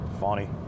Funny